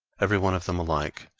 every one of them alike,